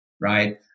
right